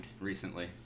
recently